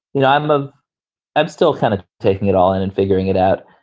you know, i'm of i'm still kind of taking it all in and figuring it out.